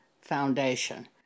foundation